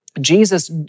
Jesus